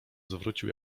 zwrócił